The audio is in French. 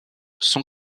sont